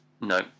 No